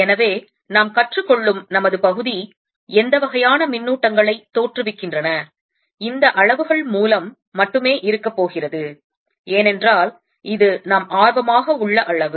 எனவே நாம் கற்றுக்கொள்ளும் நமது பகுதி எந்த வகையான மின்னூட்டங்களை தோற்றுவிக்கின்றன இந்த அளவுகள் மூலம் மட்டுமே இருக்கப் போகிறது ஏனென்றால் இது நாம் ஆர்வமாக உள்ள அளவு